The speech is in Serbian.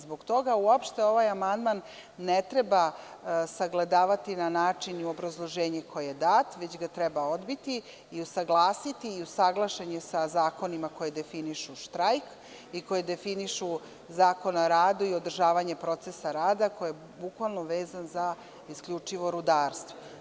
Zbog toga uopšte ovakav amandman ne treba sagledavati na način i obrazloženje koje je dato, već ga treba odbiti i usaglasiti, a usaglašen je sa zakonima koji definišu štrajk i koji definišu Zakon o radu i održavanje procesa rada koji je bukvalno vezan za isključivo rudarstvo.